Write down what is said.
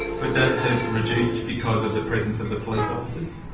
but that has reduced because of the presence of the police officers?